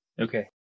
Okay